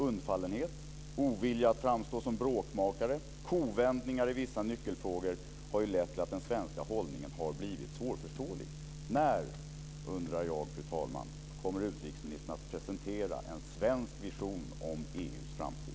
Undfallenhet, ovilja att framstå som bråkmakare, kovändningar i vissa nyckelfrågor har lett till att den svenska hållningen har blivit svårförståelig. När, undrar jag, fru talman, kommer utrikesministern att presentera en svensk vision om EU:s framtid?